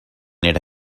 era